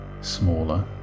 smaller